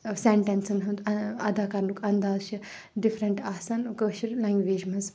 سیٚنٹیٚنسَن ہُند اَدا کَرنُک اَندازٕ چھ ڈِفرَنٹ آسان کٲشِر لیٚنگویج منٛز